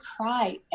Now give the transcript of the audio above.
cry